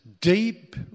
deep